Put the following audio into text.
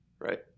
Right